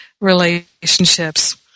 relationships